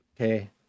Okay